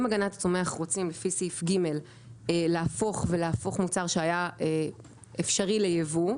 אם הגנת הצומח רוצים לפי סעיף ג' להפוך ולהפוך מוצר שהיה אפשרי לייבוא,